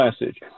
message